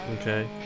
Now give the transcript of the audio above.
Okay